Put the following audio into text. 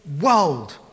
world